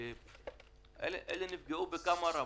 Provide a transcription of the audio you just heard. אלה נפגעו בכמה רמות.